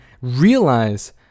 realize